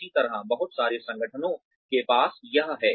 इसी तरह बहुत सारे संगठनों के पास यह है